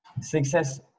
Success